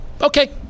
okay